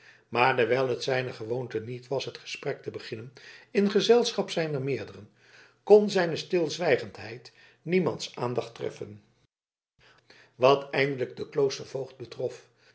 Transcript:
maar dewijl het zijne gewoonte niet was het gesprek te beginnen in gezelschap zijner meerderen kon zijne stilzwijgendheid niemands aandacht treffen wat eindelijk den kloostervoogd betrof